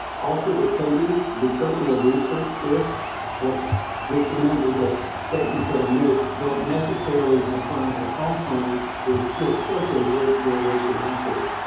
also, the coding, we certainly have researched this but just remember that statements that i make don't necessarily apply to all plans. there's just such a great variation out there,